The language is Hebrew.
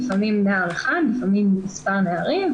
לפעמים עם נער אחד לפעמים עם מספר נערים,